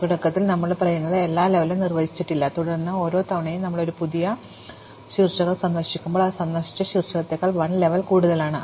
അതിനാൽ തുടക്കത്തിൽ ഞങ്ങൾ പറയുന്നത് എല്ലാ ലെവലും നിർവചിക്കപ്പെട്ടിട്ടില്ല തുടർന്ന് ഓരോ തവണയും ഞങ്ങൾ ഒരു പുതിയ ശീർഷകം സന്ദർശിക്കുമ്പോൾ അത് സന്ദർശിച്ച ശീർഷകത്തേക്കാൾ 1 ലെവൽ കൂടുതലാണ്